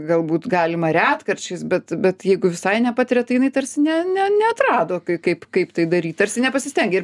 galbūt galima retkarčiais bet bet jeigu visai nepatiria tai jinai tarsi ne ne neatrado kai kaip kaip tai daryt tarsi nepasistengė ir